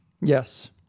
yes